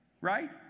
right